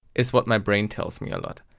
is what my brain tells me a lot.